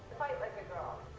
fight like a girl.